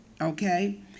Okay